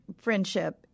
friendship